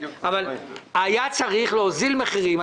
היה צריך להוזיל מחירים,